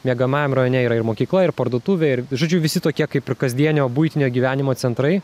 miegamajam rajone yra ir mokykla ir parduotuvė ir žodžiu visi tokie kaip ir kasdienio buitinio gyvenimo centrai